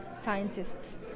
scientists